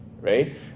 right